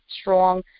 strong